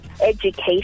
education